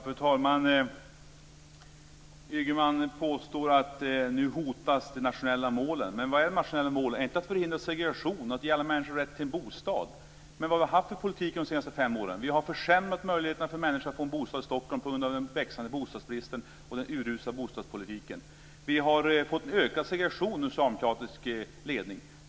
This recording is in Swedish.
Fru talman! Ygeman påstår att de nationella målen nu hotas. Men vilka är de nationella målen? Är det inte att förhindra segregation och ge alla människor rätt till en bostad? Men vad har vi haft för politik de senaste fem åren? Vi har försämrat möjligheterna för människor att få en bostad i Stockholm på grund av den växande bostadsbristen och den urusla bostadspolitiken. Vi har fått en ökad segregation under socialdemokratisk ledning.